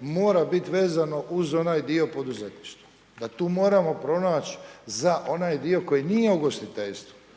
mora biti vezano uz onaj dio poduzetništva. Da tu moramo pronaći za onaj koji dio nije uvršten u